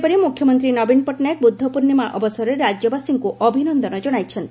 ସେହିପରି ମୁଖ୍ୟମନ୍ତୀ ନବୀନ ପଟ୍ଟନାୟକ ବୁଦ୍ଧ ପୂର୍ଷିମା ଅବସରରେ ରାଜ୍ୟବାସୀଙ୍କୁ ଅଭିନନ୍ଦନ ଜଶାଇଛନ୍ତି